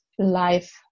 life